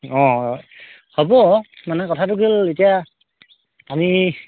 অঁ হ'ব মানে কথাটো কি হ'ল এতিয়া আমি